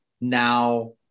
Now